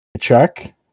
Check